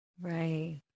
Right